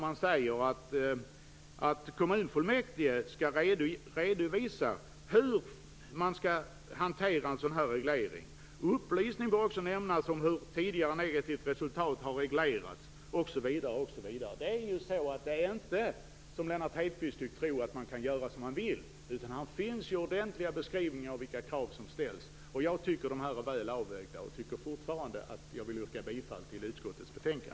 Man säger att kommunfullmäktige skall redovisa hur man skall hantera en sådan reglering. Upplysning bör också lämnas om hur tidigare negativt resultat har reglerats, osv. Det är inte som Lennart Hedquist tycks tro att man kan göra som man vill. Här finns ordentliga beskrivningar av vilka krav som ställs. Jag tycker att de är väl avvägda. Jag vill fortfarande yrka bifall till utskottets hemställan.